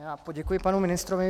Já poděkuji panu ministrovi.